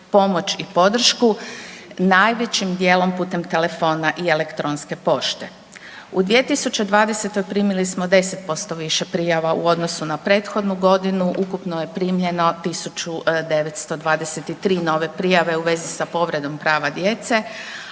U 2020. primili smo 10% više prijava u odnosu na prethodnu godinu, ukupno je primljeno 1923 nove prijave u vezi sa povredom prava djece,